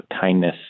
kindness